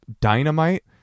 dynamite